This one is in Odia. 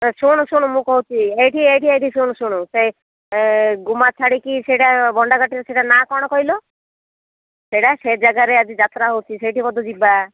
ଶୁଣ୍ ଶୁଣ୍ ମୁଁ କହୁଛି ହେଇଟି ହେଇଟି ଶୁଣ୍ ଶୁଣ୍ ସେ ଗୁମା ଛାଡ଼ିକି ସେଇଟା ଭଣ୍ଡାକାଟିରେ ସେଇଟା ନାଁ କ'ଣ କହିଲ ସେଇଟା ସେ ଜାଗାରେ ଆଜି ଯାତ୍ରା ହଉଛି ସେଇଟିକୁ ତ ଯିବା